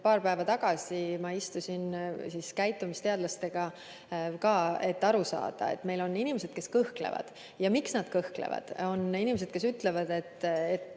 paar päeva tagasi ma istusin koos käitumisteadlastega, et aru saada. Meil on inimesed, kes kõhklevad. Miks nad kõhklevad? On inimesi, kes ütlevad, et